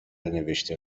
نوشته